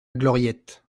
gloriette